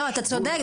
אתה צודק.